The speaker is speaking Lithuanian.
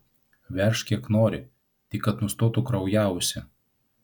veržk kiek nori tik kad nustotų kraujavusi